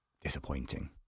disappointing